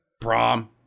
prom